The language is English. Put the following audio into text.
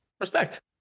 Respect